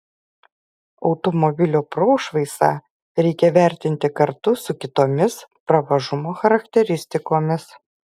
automobilio prošvaisą reikia vertinti kartu su kitomis pravažumo charakteristikomis